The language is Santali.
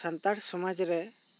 ᱥᱟᱱᱛᱟᱲ ᱥᱚᱢᱟᱡᱽ ᱨᱮ